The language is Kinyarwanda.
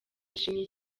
yishimiye